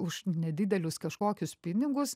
už nedidelius kažkokius pinigus